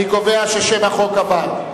אני קובע ששם החוק עבר.